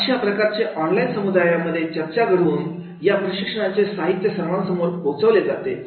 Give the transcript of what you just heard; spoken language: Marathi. अशा प्रकारचे ऑनलाइन समुदायांमध्ये चर्चा घडवून या प्रशिक्षणाचे साहित्य सर्वांसोबत पोचवले जाते